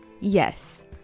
Yes